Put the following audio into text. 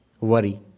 worry